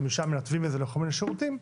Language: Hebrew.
ומשם מנתבים את זה לכל מיני שירותים,